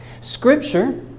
Scripture